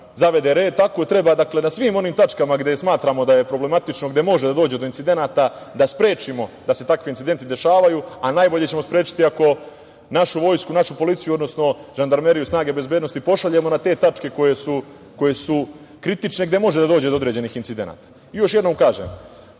zavede red, tako treba na svim onim tačkama gde smatramo da je problematično gde može da dođe do incidenata da sprečimo da se takvi incidenti dešavaju. Najbolje ćemo sprečiti ako našu Vojsku i našu policiju, odnosno žandarmeriju, snage bezbednosti pošaljemo na te tačke koje su kritične gde može da dođe do određenih incidenata. Još jednom kažem,